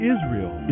Israel